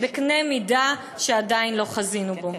בקנה מידה שעדיין לא חזינו בו.